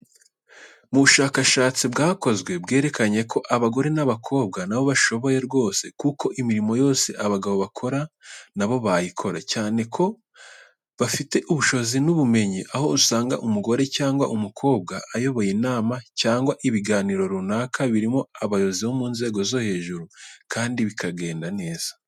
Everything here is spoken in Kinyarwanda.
Mu bushakashatsi bwakozwe bwerekanye ko abagore n'abakobwa na bo bashoboye rwose kuko imirimo yose abagabo bakora na bo bayikora, cyane ko babifitiye ubushobozi n'ubumenyi, aho usanga umugore cyangwa umukobwa ayoboye inama cyangwa ibiganiro runaka birimo abayobozi bo mu nzego zo hejuru kandi bikagenda neza.